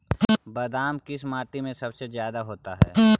बादाम किस माटी में सबसे ज्यादा होता है?